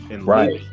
Right